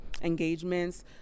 engagements